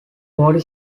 forty